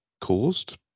caused